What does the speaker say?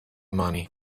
money